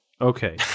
Okay